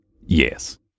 Yes